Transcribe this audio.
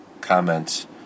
comments